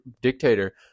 dictator